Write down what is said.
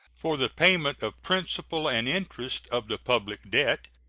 for the payment of principal and interest of the public debt,